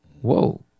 Whoa